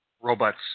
robots